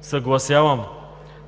съгласявам,